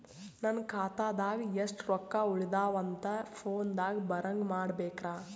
ನನ್ನ ಖಾತಾದಾಗ ಎಷ್ಟ ರೊಕ್ಕ ಉಳದಾವ ಅಂತ ಫೋನ ದಾಗ ಬರಂಗ ಮಾಡ ಬೇಕ್ರಾ?